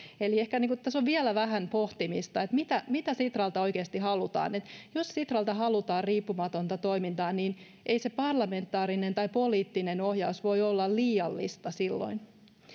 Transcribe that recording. eli ehkä tässä on vielä vähän pohtimista että mitä mitä sitralta oikeasti halutaan jos sitralta halutaan riippumatonta toimintaa ei se parlamentaarinen tai poliittinen ohjaus voi olla liiallista silloin